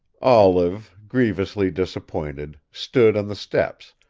olive, grievously disappointed, stood on the steps,